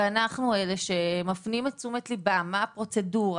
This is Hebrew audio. אנחנו אלה שמפנים את תשומת לבם מה הפרוצדורה.